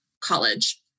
college